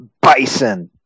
Bison